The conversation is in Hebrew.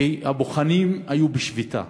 כי הבוחנים היו בשביתה,